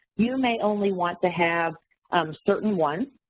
you may only want to have certain ones.